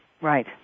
Right